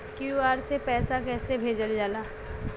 QR से पैसा कैसे भेजल जाला?